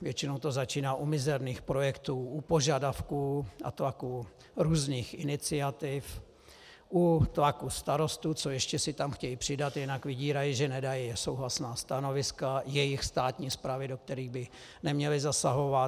Většinou to začíná u mizerných projektů, u požadavků a tlaků různých iniciativ, u tlaku starostů, co ještě si tam chtějí přidat, jiní vydírají, že nedají souhlasná stanoviska jejich státní správy, do kterých by neměli zasahovat.